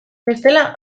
bestela